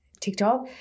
TikTok